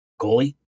goalie